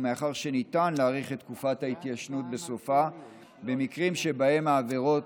ומאחר שניתן להאריך את תקופת ההתיישנות בסופה במקרים שבהם העבירה